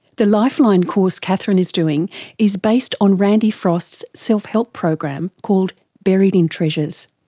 the lifeline course catherine is doing is based on randy frost's self-help program called buried in treasures.